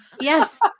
Yes